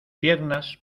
piernas